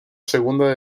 segunda